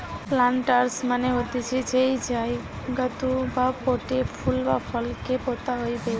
planters মানে হতিছে যেই জায়গাতু বা পোটে ফুল বা ফল কে পোতা হইবে